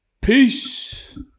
Peace